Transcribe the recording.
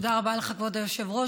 תודה רבה לך, כבוד היושב-ראש.